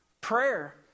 prayer